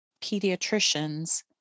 pediatricians